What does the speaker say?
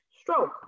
stroke